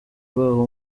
baho